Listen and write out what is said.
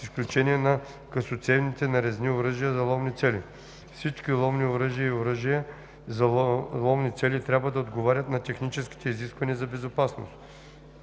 с изключение на късоцевните нарезни оръжия за ловни цели. Всички ловни оръжия и оръжия за ловни цели трябва да отговарят на техническите изисквания за безопасност.“